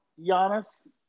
Giannis